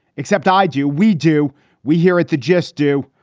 except i do. we do we here at the gist do.